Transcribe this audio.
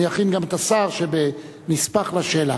אני אכין גם את השר בנספח לשאלה.